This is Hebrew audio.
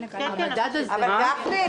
אבל גפני,